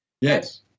Yes